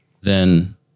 then-